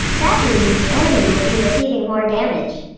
that means, the enemy will be receiving more damage.